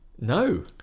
No